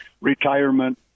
retirement